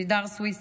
לידר סוויסה,